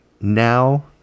now